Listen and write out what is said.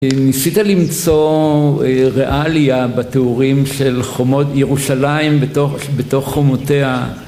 ניסית למצוא ריאליה בתיאורים של חומות ירושלים בתוך חומותיה